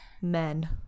men